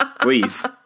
Please